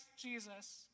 Jesus